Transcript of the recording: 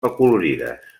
acolorides